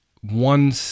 one